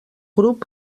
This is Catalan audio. grup